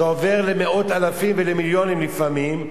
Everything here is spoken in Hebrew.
זה עובר למאות אלפים ולמיליונים לפעמים,